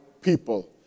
people